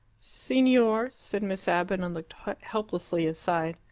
signor, said miss abbott, and looked helplessly aside.